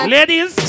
Ladies